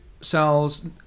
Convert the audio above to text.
cells